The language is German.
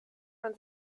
man